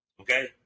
okay